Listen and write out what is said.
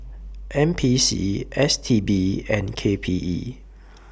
N P C S T B and K P E